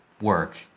work